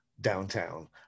downtown